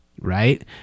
right